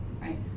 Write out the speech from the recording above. right